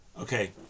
Okay